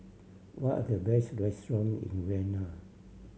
what are the best restaurant in Vienna